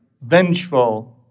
vengeful